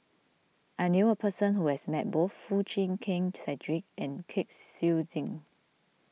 I knew a person who has met both Foo Chee Keng Cedric and Kwek Siew Jin